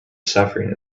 suffering